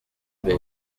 atari